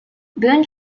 boone